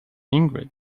ingrid